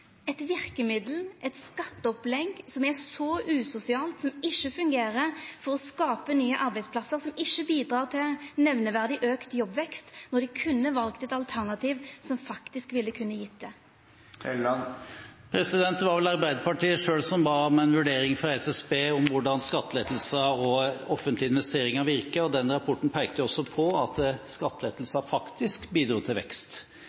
eit verkemiddel, eit skatteopplegg, som er så usosialt – som ikkje fungerer for å skapa nye arbeidsplasser, og som ikkje bidreg til nemneverdig auka jobbvekst, når dei kunne valt eit alternativ som faktisk kunne gitt det? Det var vel Arbeiderpartiet selv som ba om en vurdering fra SSB av hvordan skattelettelser og offentlige investeringer virker. Den rapporten pekte også på at skattelettelser faktisk bidro til vekst.